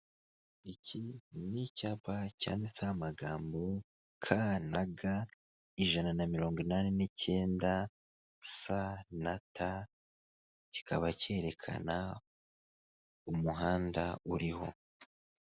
Iki ni icyapa cyanditseho amagambo ka na ga ijana na mirongo inani n'icyenda s na t kikaba cyerekana umuhanda uriho.